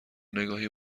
نگاهی